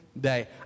day